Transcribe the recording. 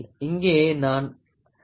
இங்கே நான் அக்குரோனிமை விளக்குகிறேன்